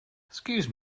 excuse